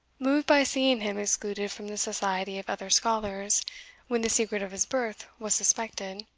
moved by seeing him excluded from the society of other scholars when the secret of his birth was suspected,